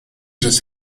just